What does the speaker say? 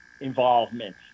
involvement